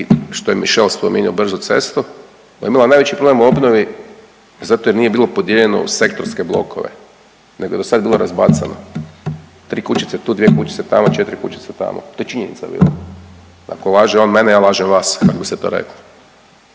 što je MIšel spominjao brzu cestu je imala najveći problem u obnovi zato jer nije bilo podijeljeno u sektorske blokove nego je do sad bilo razbacano, tri kućice tu, dvije kućice tamo, četri kućice tamo to je činjenica … ako laže on mene ja lažem vas kako bi se to reklo.